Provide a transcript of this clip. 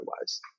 otherwise